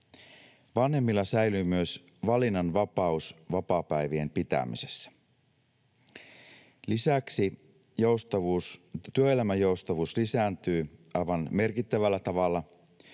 Vanhemmilla säilyy myös valinnanvapaus vapaapäivien pitämisessä. Lisäksi työelämäjoustavuus lisääntyy aivan merkittävällä tavalla,